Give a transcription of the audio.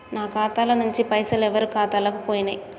నా ఖాతా ల నుంచి పైసలు ఎవరు ఖాతాలకు పోయినయ్?